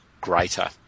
greater